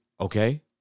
okay